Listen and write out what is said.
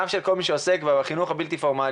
גם של כל מי שעוסק בחינוך הבלתי פורמלי,